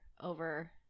over